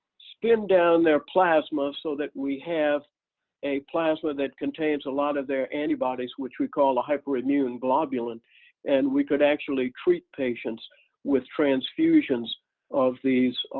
spin down their plasma so that we have a plasma that contains a lot of their antibodies which we call a hyper immunoglobulin and we could actually treat patients with transfusions of these